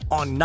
on